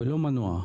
ולא מנוע.